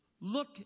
look